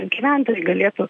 gyventojai galėtų